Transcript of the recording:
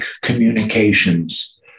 communications